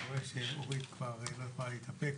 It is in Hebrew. אני רואה שאורית כבר לא יכולה להתאפק.